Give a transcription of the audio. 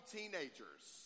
teenagers